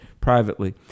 privately